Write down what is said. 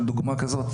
בדוגמה שכזו,